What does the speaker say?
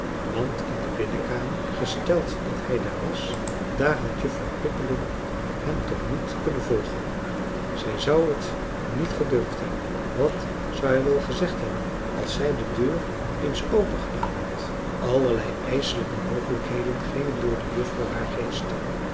want in die binnenkamer gesteld dat hij daar was daar had juffrouw pippeling hem toch niet kunnen volgen zij zou het niet gedurfd hebben wat zou hij wel gezegd hebben als zij de deur eens opengedaan had allerlei ijselijke mogelijkheden gingen door de juffrouw haar geest